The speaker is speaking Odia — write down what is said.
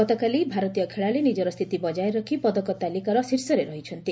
ଗତକାଲି ଭାରତୀୟ ଖେଳାଳି ନିଜର ସ୍ଥିତି ବଜାୟ ରଖି ପଦକ ତାଲିକାର ଶୀର୍ଷରେ ରହିଛନ୍ତି